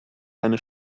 eine